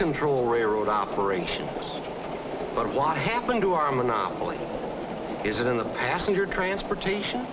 control railroad operations but why happened to our monopoly isn't in the passenger transportation